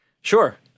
Sure